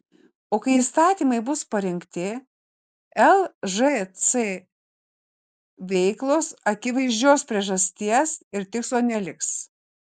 o kai įstatymai bus parengti lžc veiklos akivaizdžios priežasties ir tikslo neliks